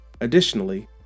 Additionally